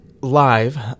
live